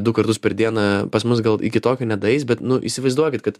du kartus per dieną pas mus gal iki tokio nedaeis bet nu įsivaizduokit kad